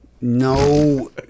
no